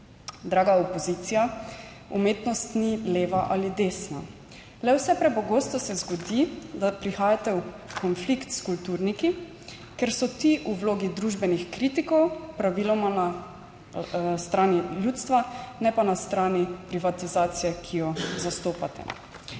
Draga opozicija, umetnost ni leva ali desna. Le vse prepogosto se zgodi, da prihajate v konflikt s kulturniki, ker so ti v vlogi družbenih kritikov, praviloma na strani ljudstva, ne pa na strani privatizacije, ki jo zastopate.